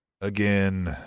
again